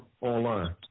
online